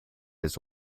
his